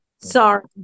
Sorry